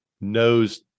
knows